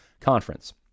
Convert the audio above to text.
conference